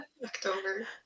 October